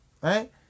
Right